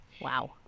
Wow